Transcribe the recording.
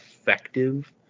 effective